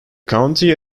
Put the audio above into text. county